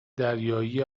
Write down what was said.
دریایی